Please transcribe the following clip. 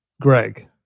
Greg